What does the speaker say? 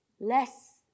Less